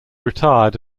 retired